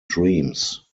dreams